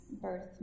birth